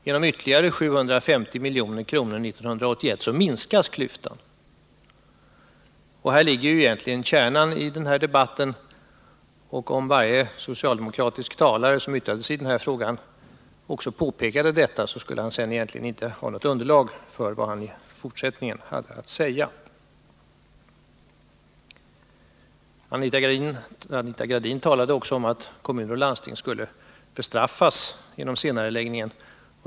Genom ytterligare skatteutjämningsbidrag på 750 milj.kr. år 1981 minskas klyftan. Där ligger kärnan i denna debatt. och om alla socialdemokratiska talare som yttrar sig i den också påpekade detta, skulle de sedan egentligen inte ha något underlag för att fortsätta sin argumentation. Anita Gradin talade också om att kommuner och landsting skulle bestraffas genom senareläggningen.